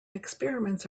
experiments